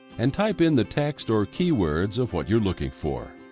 and type in the text or keywords of what you looking for.